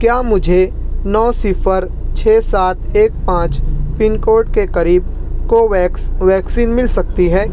کیا مجھے نو صفر چھ سات ایک پانچ پن کوڈ کے قریب کو ویکس ویکسین مل سکتی ہے